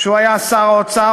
כשהוא היה שר האוצר,